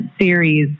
series